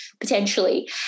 potentially